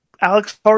Alex